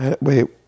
Wait